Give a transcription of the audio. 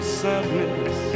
sadness